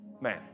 man